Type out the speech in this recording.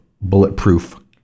bulletproof